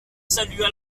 salua